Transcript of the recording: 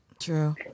True